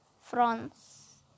France